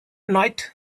night